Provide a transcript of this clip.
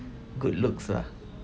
good looks ah